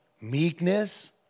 meekness